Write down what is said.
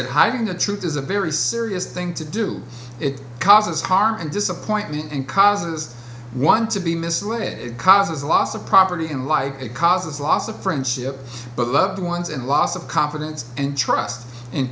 that hiding the truth is a very serious thing to do it causes harm and disappointment and causes one to be misled it causes a loss of property in life it causes loss of friendship but loved ones and loss of confidence and trust in